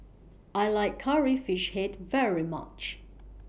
I like Curry Fish Head very much